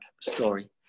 story